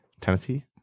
Tennessee